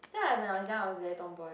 think I when I was young I was very tomboy